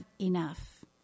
enough